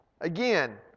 again